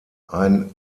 ein